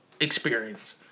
experience